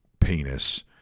penis